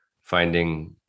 finding